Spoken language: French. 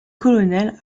colonel